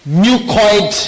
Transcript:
mucoid